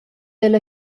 alla